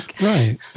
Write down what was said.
Right